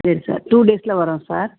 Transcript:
சரி sir two டேஸில் வரோம் சார்